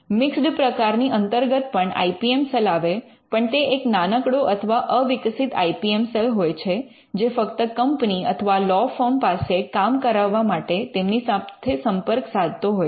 mixed પ્રકારની અંતર્ગત પણ આઇ પી એમ સેલ આવે પણ તે એક નાનકડો અથવા અવિકસીત આઇ પી એમ સેલ હોય છે જે ફક્ત કંપની અથવા લૉ ફર્મ પાસે કામ કરાવવા માટે તેમની સાથે સંપર્ક સાધતો હોય છે